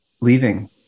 leaving